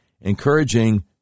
encouraging